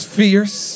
fierce